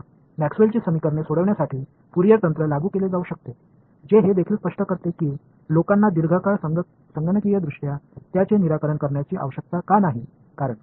तर मॅक्सवेलची समीकरणे सोडविण्यासाठी फूरियर तंत्र लागू केले जाऊ शकते जे हे देखील स्पष्ट करते की लोकांना दीर्घकाळ संगणकीयदृष्ट्या त्यांचे निराकरण करण्याची आवश्यकता का नाही कारण